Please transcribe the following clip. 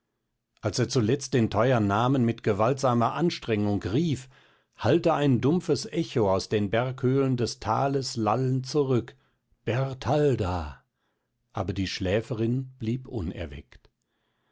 als er zuletzt den teuern namen mit gewaltsamer anstrengung rief hallte ein dumpfes echo aus den berghöhlen des tales lallend zurück bertalda aber die schläferin blieb unerweckt